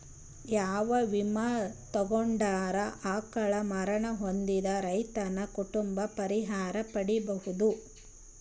ಯಾವ ವಿಮಾ ತೊಗೊಂಡರ ಅಕಾಲ ಮರಣ ಹೊಂದಿದ ರೈತನ ಕುಟುಂಬ ಪರಿಹಾರ ಪಡಿಬಹುದು?